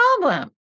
problem